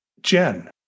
Jen